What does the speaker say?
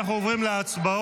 אנחנו עוברים להצבעות,